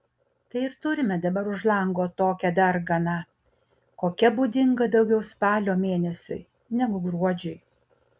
tai ir turime dabar už lango tokią darganą kokia būdinga daugiau spalio mėnesiui negu gruodžiui